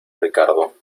ricardo